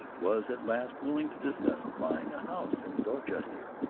was at last willing to discuss buying a house in dorchester.